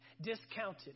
discounted